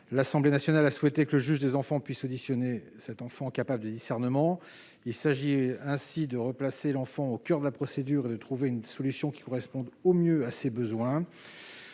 L'Assemblée nationale a souhaité que le juge des enfants puisse auditionner les enfants capables de discernement. Il s'agit ainsi de replacer l'enfant au coeur de la procédure et de trouver une solution qui corresponde le mieux à ses besoins.